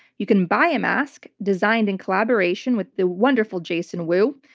you can buy a mask, designed in collaboration with the wonderful jason wu.